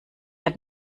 hat